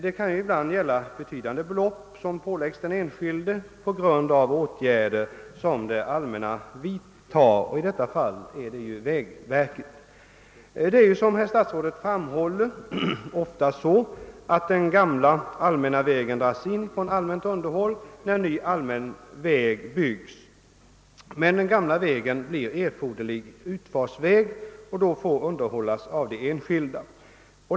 Det kan ibland bli rätt betydande belopp som påföres den enskilde på grund av åtgärder som vidtages av det allmänna — i detta fall vägverket. Det är, som herr statsrådet framhål ler, oftast så att den gamla allmänna vägen icke längre underhålles på det allmännas bekostnad, när ny allmän väg byggts. Den gamla vägen kan dock bli erforderlig som utfartsväg, och den får då underhållas av enskilda.